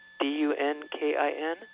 D-U-N-K-I-N